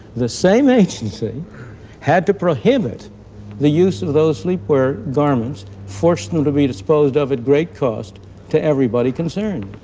the same agency had to prohibit the use of those sleepwear garments, forced them to be disposed of at great cost to everybody concerned.